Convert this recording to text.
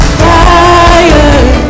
fire